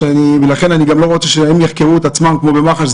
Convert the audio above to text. ולכן אני לא רוצה שהם יחקרו את עצמם כמו במח"ש,